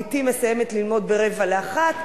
בתי מסיימת ללמוד ב-12:45.